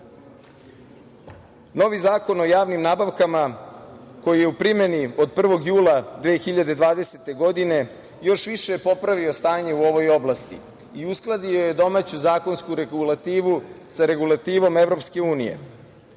Novi Zakon o javnim nabavkama, koji je u primeni od 1. jula 2020. godine još više je popravio stanje u ovoj oblasti i uskladio je domaću zakonsku regulativu sa regulativom EU sa ciljem